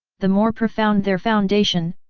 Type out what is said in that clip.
the more profound their foundation,